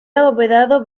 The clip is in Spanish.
abovedado